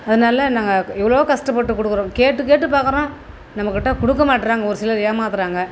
அதனால நாங்கள் எவ்வளோ கஷ்டப்பட்டு கொடுக்குறோம் கேட்டு கேட்டு பார்க்குறோம் நம்மகிட்ட கொடுக்கமாட்றாங்க ஒரு சிலர் ஏமாத்துகிறாங்க